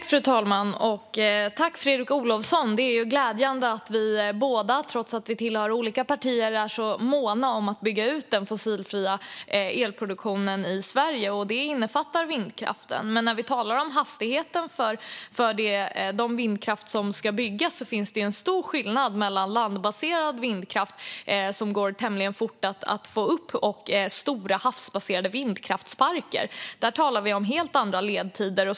Fru talman! Det är glädjande att vi båda, trots att vi tillhör olika partier, är så måna om att bygga ut den fossilfria elproduktionen i Sverige, och detta innefattar vindkraften. Men när det gäller hastigheten för vindkraftens utbyggnad är det stor skillnad mellan landbaserad vindkraft, som går tämligen fort att få på plats, och stora, havsbaserade vindkraftsparker. Där talar vi om helt andra ledtider.